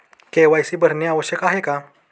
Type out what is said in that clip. KYC भरणे आवश्यक आहे का?